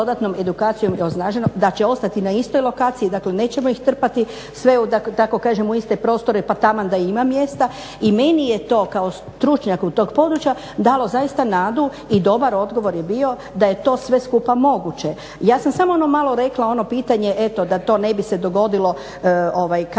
da će ostati na istoj lokaciji. Dakle, nećemo ih trpati sve da tako kažem u iste prostore pa taman da i ima mjesta. I meni je to kao stručnjaku tog područja dalo zaista nadu i dobar odgovor je bio da je to sve skupa moguće. Ja sam samo ono malo rekla ono pitanje eto da to ne bi se dogodilo kadija